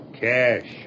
Cash